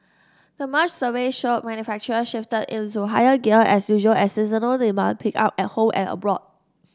the March survey showed manufacturer shifted into higher gear as usual as seasonal demand picked up at home and abroad